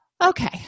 Okay